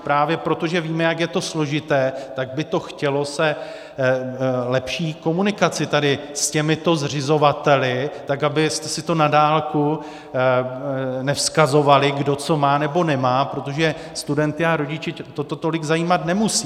Právě proto, že víme, jak je to složité, tak by to chtělo lepší komunikaci s těmito zřizovateli, tak abyste si to na dálku nevzkazovali, kdo co má, nebo nemá, protože studenty a rodiče to tolik zajímat nemusí.